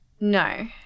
No